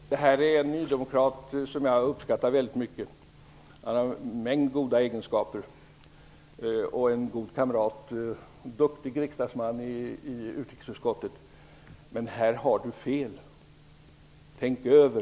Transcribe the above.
Fru talman! Lars Moquist är en nydemokrat som jag uppskattar mycket. Han har en mängd goda egenskaper. Han är en god kamrat och en duktig riksdagsman i utrikesutskottet. Men här har han fel. Tänk efter!